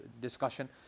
discussion